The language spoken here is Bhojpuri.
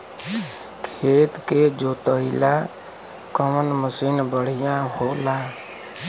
खेत के जोतईला कवन मसीन बढ़ियां होला?